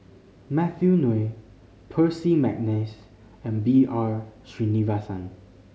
Matthew Ngui Percy McNeice and B R Sreenivasan